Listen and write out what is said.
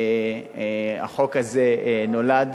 החוק הזה נולד